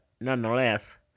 nonetheless